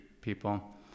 people